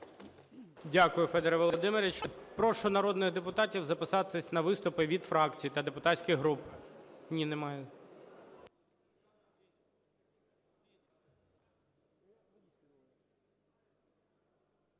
Дякую, Федоре Володимировичу. Прошу народних депутатів записатись на виступи від фракцій та депутатських груп. Ні, немає.